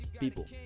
People